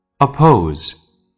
Oppose